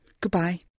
Goodbye